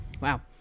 Wow